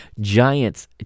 Giants